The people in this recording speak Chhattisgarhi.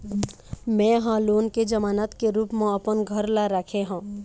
में ह लोन के जमानत के रूप म अपन घर ला राखे हों